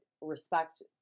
respect